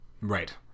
Right